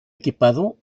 equipado